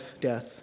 death